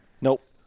Nope